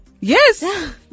Yes